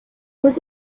was